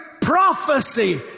prophecy